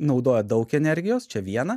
naudoja daug energijos čia viena